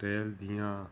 rail ਦੀਆਂ